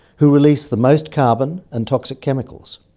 who release the most carbon and toxic chemicals.